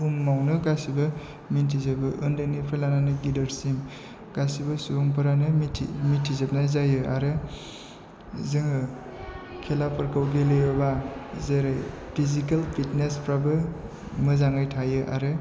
बुहुमावनो गासिबो मिन्थि जोबो उन्दैनिफ्राय लानानै गिदिरसिन गासिबो सुबुंफोरानो मिथिजोबनाय जायो आरो जोङो खेलाफोरखौ गेलेयोब्ला जेरै पिसिकेल फिटनेसफ्राबो मोजाङै थायो आरो